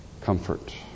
comfort